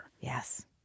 Yes